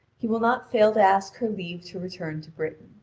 he will not fail to ask her leave to return to britain.